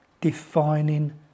defining